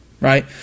right